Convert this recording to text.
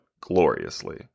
gloriously